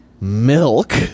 Milk